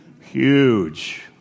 huge